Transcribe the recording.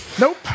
Nope